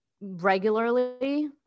regularly